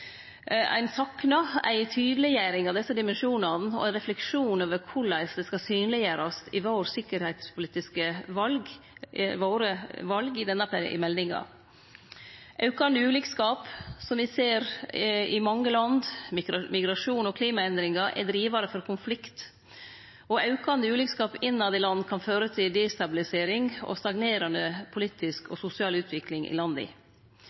Ein saknar i denne meldinga ei tydeleggjering av desse dimensjonane og ein refleksjon over korleis det skal synleggjerast i våre sikkerheitspolitiske val. Aukande ulikskap, som me ser i mange land, migrasjon og klimaendringar er drivarar for konflikt, og aukande ulikskap innanfor land kan føre til destabilisering og stagnerande politisk og sosial utvikling i landa.